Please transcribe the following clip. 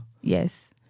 Yes